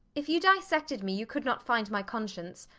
if you dissected me you could not find my conscience.